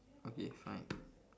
okay fine